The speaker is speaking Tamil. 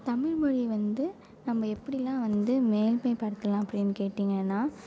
தமிழ் மொழியை வந்து நம்ம எப்படிலாம் வந்து மேன்மைப்படுத்ததுலாம் அப்படின்னு கேட்டீங்கனால்